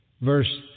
verse